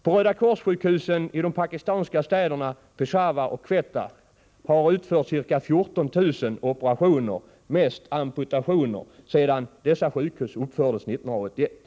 På Röda kors-sjukhusen i de Pakistanska städerna Peshawar och Quetta har utförts ca 14 000 operationer, mest amputationer, sedan dessa sjukhus uppfördes 1981.